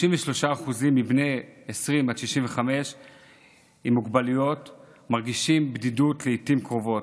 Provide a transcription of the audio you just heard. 33% מבני 20 עד 65 עם מוגבלויות מרגישים בדידות לעיתים קרובות,